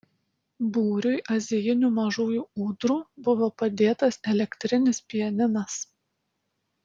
būriui azijinių mažųjų ūdrų buvo padėtas elektrinis pianinas